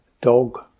Dog